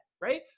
right